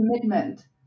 commitment